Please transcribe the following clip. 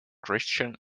christian